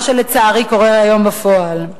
מה שלצערי קורה היום בפועל.